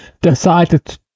decided